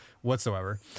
whatsoever